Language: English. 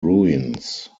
ruins